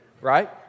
right